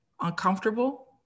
uncomfortable